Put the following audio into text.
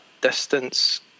distance